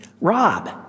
Rob